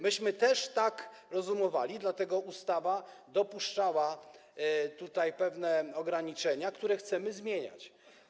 Myśmy też tak rozumowali, dlatego ustawa dopuszczała pewne ograniczenia, które chcemy zmieniać.